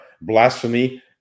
blasphemy